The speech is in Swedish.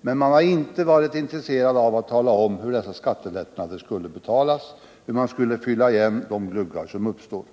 men den har inte varit intresserad av att tala om hur dessa skattelättnader skulle betalas, hur man skulle fylla igen de gluggar som uppstår.